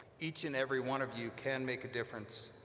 each and every one of you can make a difference!